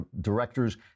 directors